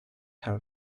her